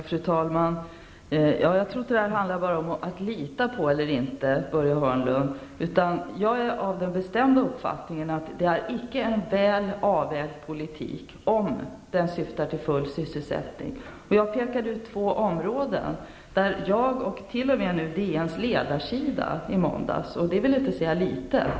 Fru talman! Jag tror inte, Börje Hörnlund, att det här bara handlar om att lita på eller inte, utan jag är av den bestämda uppfattningen att detta icke är en väl avvägd politik om den syftar till full sysselsättning. Jag pekade tidigare ut två områden där jag och t.o.m. måndagens ledarsida i DN -- och det vill inte säga litet!